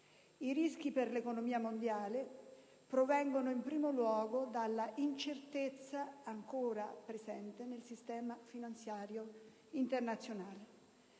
I rischi per l'economia mondiale provengono in primo luogo dall'incertezza ancora presente nel sistema finanziario internazionale.